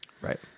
Right